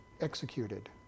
executed